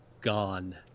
gone